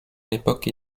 l’époque